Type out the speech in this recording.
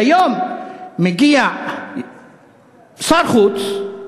והיום מגיע שר החוץ,